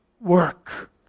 work